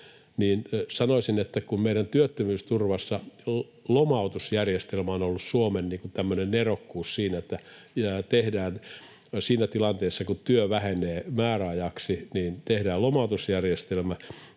Sanoisin, että meidän työttömyysturvassa lomautusjärjestelmä on ollut Suomen tämmöinen nerokkuus siinä, että tehdään siinä tilanteessa, kun työ vähenee määräajaksi, lomautus. Nyt tämän lomautusjärjestelmän